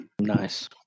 Nice